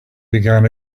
began